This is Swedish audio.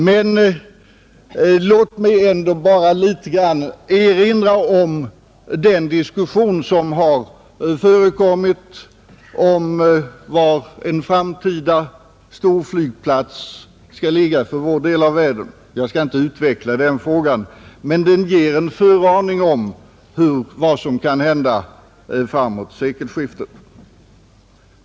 Men låt mig bara något erinra om den diskussion som har förekommit om var en framtida storflygplats skall ligga i vår del av världen — jag skall inte utveckla frågan, men den ger en förvarning om vad som kan hända framemot sekelskiftet.